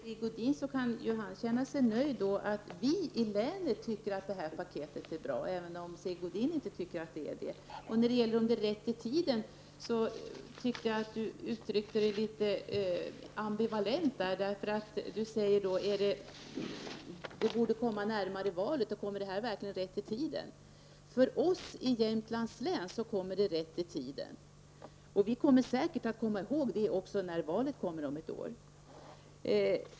Herr talman! Sigge Godin kan ju känna sig nöjd över att vi i länet tycker att det här paketet är bra, även om han inte tycker det. Jag tyckte att Sigge Godin uttryckte sig litet ambivalent när det gällde om paketet ligger rätt i tiden. Han sade att han tyckte att paketet borde komma närmare valet. För oss i Jämtlands län kommer det rätt i tiden. Vi kommer säkert att komma ihåg det vid valet om ett år.